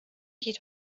geht